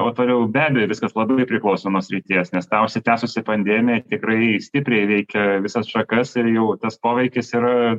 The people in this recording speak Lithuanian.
o toliau be abejo viskas labai priklauso nuo srities nes ta užsitęsusi pandemija tikrai stipriai veikia visas šakas ir jau tas poveikis ir